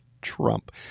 Trump